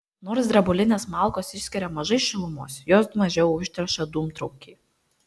nors drebulinės malkos išskiria mažai šilumos jos mažiau užteršia dūmtraukį